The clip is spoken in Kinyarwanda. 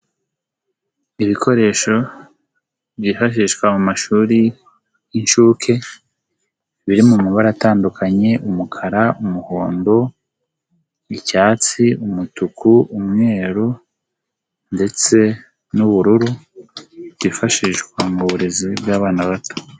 Ibikoresho byifashishwa mu mashuri y'inshuke, biri mu mabara atandukanye, umukara, umuhondo, icyatsi, umutuku, umweru ndetse n'ubururu, byifashishwa mu burezi bw'abana bato.